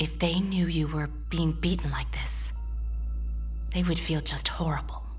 they knew you were being beaten like they would feel just horrible